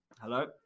Hello